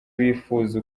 bifuza